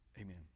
Amen